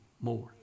more